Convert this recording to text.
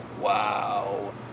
Wow